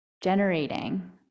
generating